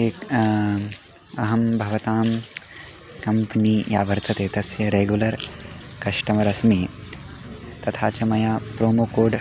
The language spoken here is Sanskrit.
एकम् अहं भवतां कम्पनी या वर्तते तस्य रेगुलर् कष्टमर् अस्मि तथा च मया प्रोमो कोड्